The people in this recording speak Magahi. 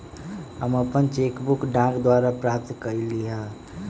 हम अपन चेक बुक डाक द्वारा प्राप्त कईली ह